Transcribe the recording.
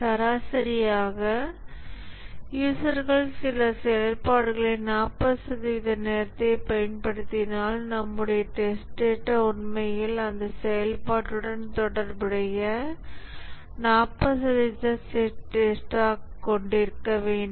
சராசரியாக யூசர்கள் சில செயல்பாடுகளை 40 சதவிகித நேரத்தை பயன்படுத்தினால் நம்முடைய டெஸ்ட் டேட்டா உண்மையில் அந்த செயல்பாட்டுடன் தொடர்புடைய 40 சதவீத டெஸ்ட் டேட்டாக் கொண்டிருக்க வேண்டும்